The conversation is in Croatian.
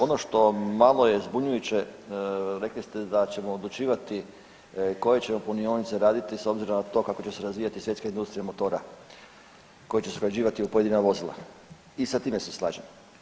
Ono što malo je zbunjujuće rekli ste da ćemo odlučivati koje ćemo punionice raditi s obzirom na to kako će se razvijati svjetska industrija motora koje će se ugrađivati u pojedina vozila i sa time se slažem.